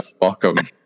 Welcome